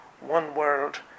one-world